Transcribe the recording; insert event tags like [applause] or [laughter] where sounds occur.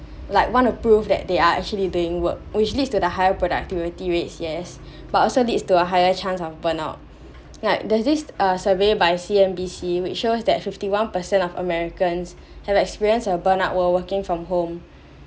like want to prove that they are actually doing work which leads to the higher productivity rates yes [breath] but also leads to a higher chance of burn out like there's this uh survey by C_M_B_C which shows that fifty one percent of Americans have experience and burn out were working from home